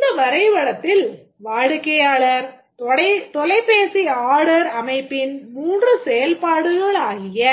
இந்த வரைபடத்தில் வாடிக்கையாளர் தொலைபேசி ஆர்டர் அமைப்பின் மூன்று செயல்படுகளாகிய